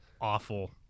awful